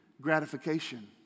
gratification